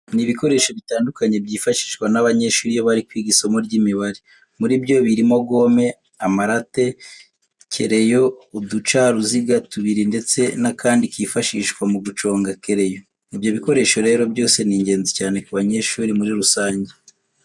Ni ibikoresho bitandukanye byifashishwa n'abanyeshuri iyo bari kwiga isimo ry'Imibare. Muri byo birimo gome, amarate, kereyo, uducaruziga tubiri ndetse n'akandi kifashishwa mu guconga kereyo. Ibyo bikoresho rero byose ni ingenzi cyane ku banyeshuri muri rusange.